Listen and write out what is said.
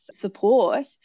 support